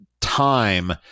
time